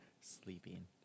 Sleeping